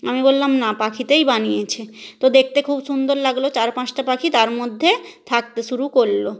আমি বললাম না পাখিতেই বানিয়েছে তো দেখতে খুব সুন্দর লাগল চার পাঁচটা পাখি তার মধ্যে থাকতে শুরু করল